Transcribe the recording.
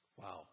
Wow